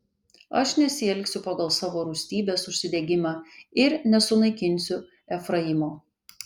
aš nesielgsiu pagal savo rūstybės užsidegimą ir nesunaikinsiu efraimo